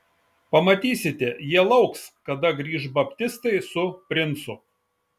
pamatysite jie lauks kada grįš baptistai su princu